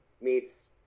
meets